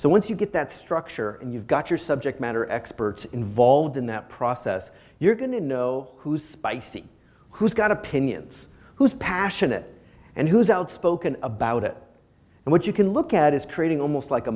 so once you get that structure and you've got your subject matter experts involved in that process you're going to know who's spicey who's got opinions who's passionate and who's outspoken about it and what you can look at is creating almost like a